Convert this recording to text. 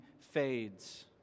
fades